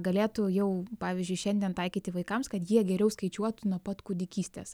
galėtų jau pavyzdžiui šiandien taikyti vaikams kad jie geriau skaičiuotų nuo pat kūdikystės